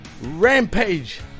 Rampage